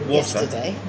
yesterday